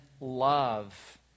love